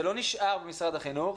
זה לא נשאר במשרד החינוך,